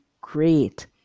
great